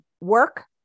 work